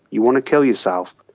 you want to kill yourself,